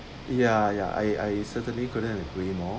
ya ya I I certainly couldn't agree more